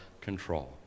control